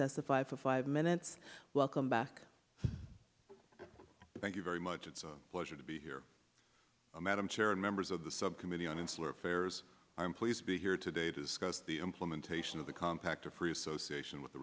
testify for five minutes welcome back thank you very much it's a pleasure to be here madam chair and members of the subcommittee on insular affairs i am pleased to be here today to discuss the implementation of the compact of free association with the